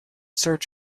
search